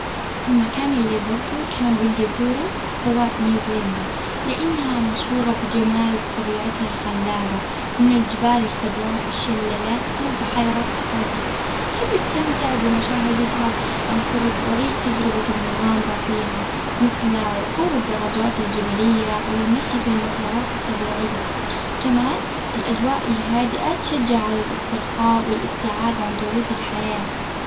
المكان اللي زرتة وكان ودي أزوره هو نيوزيلندا ،لإنها مشهورة بجمال طبيعتها الخلابة من الجبال الخضراء والشلالات للبحيرات الصافية، أحب أستمتع بمشاهدتها عن قرب، أعيد تجربة المغامرة فيها، مثل ركوب الدراجات الجبلية، أو المشي في المسارات الطبيعية، كمان الأجواء الهادئة تشجع على الإسترخاء والإبتعاد عن ضغوط الحياة.